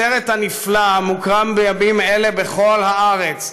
בסרט הנפלא המוקרן בימים אלה בכל הארץ,